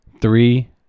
Three